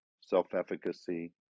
self-efficacy